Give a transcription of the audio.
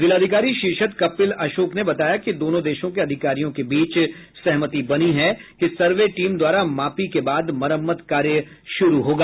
जिलाधिकारी शीर्षत कपित अशोक ने बताया कि दोनों देशों के अधिकारियों के बीच सहमति बनी है कि सर्वे टीम द्वारा मापी के बाद मरम्मत कार्य शुरू होगा